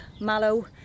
mallow